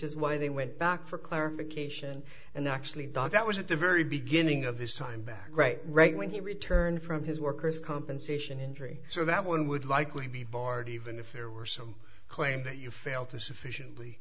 is why they went back for clarification and actually doc that was at the very beginning of his time back right right when he returned from his workers compensation injury so that one would likely be barred even if there were some claim that you failed to sufficiently